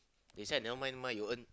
inside never mind mine you earn